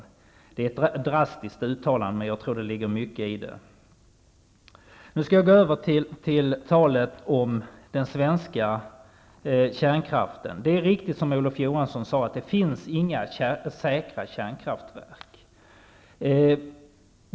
Det är ett drastiskt uttalande, men jag tror att det ligger mycket i det. Nu skall jag gå över till den svenska kärnkraften. Det är riktigt som Olof Johansson sade att det inte finns några säkra kärnkraftverk.